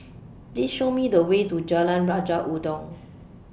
Please Show Me The Way to Jalan Raja Udang